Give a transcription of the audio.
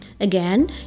Again